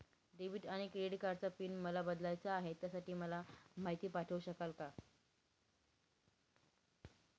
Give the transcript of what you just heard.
Debit आणि credit कार्डचा PIN मला बदलायचा आहे, त्यासाठी मला माहिती पाठवू शकाल का?